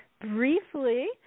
briefly